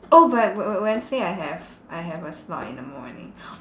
oh but but wednesday I have I have a slot in the morning